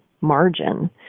margin